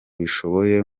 bishoboye